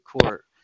court